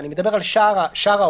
אני מדבר על שאר העולם